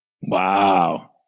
Wow